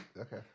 Okay